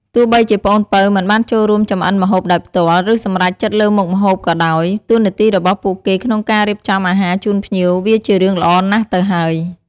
ទោះបីជាប្អូនពៅមិនបានចូលរួមចម្អិនម្ហូបដោយផ្ទាល់ ឬសម្រេចចិត្តលើមុខម្ហូបក៏ដោយ តួនាទីរបស់ពួកគេក្នុងការរៀបចំអាហារជូនភ្ញៀវវាជារឿងល្អណាស់ទៅហើយ។